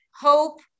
hope